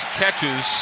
catches